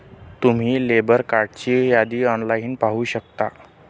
तुम्ही लेबर कार्डची यादी ऑनलाइन पाहू शकता